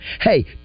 Hey